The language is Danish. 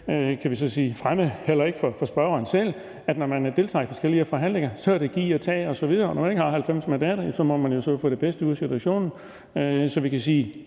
ikke særlig fremmed, heller ikke for spørgeren selv, at når man deltager i forskellige forhandlinger, er det noget med at give og tage osv., og når man ikke har 90 mandater, må man jo så få det bedste ud af situationen. Så man kan sige,